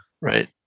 right